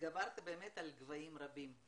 התגברת על גבהים רבים.